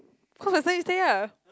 cause my sir is tay ah